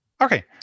Okay